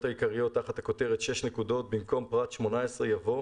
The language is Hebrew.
העיקריות תחת הכותרת "6 נקודות" במקום פרט 18 יבוא: